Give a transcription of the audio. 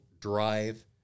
drive